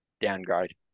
Downgrade